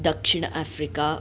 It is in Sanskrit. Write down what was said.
दक्षिण आफ़्रिका